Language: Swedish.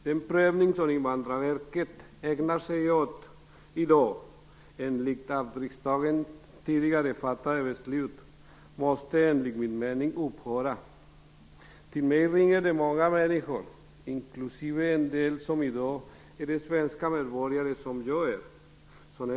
Den prövning som Invandrarverket i dag ägnar sig åt enligt tidigare fattade beslut av riksdagen måste enligt min uppfattning upphöra. Till mig ringer det många människor - inklusive en del som i dag är svenska medborgare - som är väldigt oroliga.